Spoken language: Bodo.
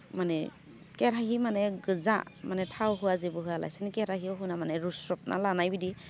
माने खेराहि माने गोजा माने थाव होआ जेबो होआ लासेनो खेराहियाव होना माने रुस्रबना लानाय बायदि